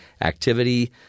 activity